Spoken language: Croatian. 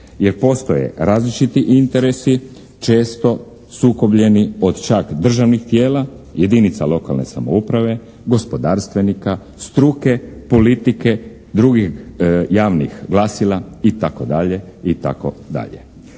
jer postoje različiti interesi često sukobljeni od čak državnih tijela, jedinica lokalne samouprave, gospodarstvenika, struke, politike, drugih javnih glasila itd.